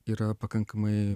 yra pakankamai